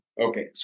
Okay